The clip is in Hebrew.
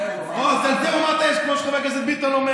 אוה, על זה הוא אמר "יש", כמו שחבר הכנסת אומר.